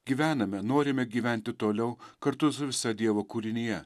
gyvename norime gyventi toliau kartu su visa dievo kūrinija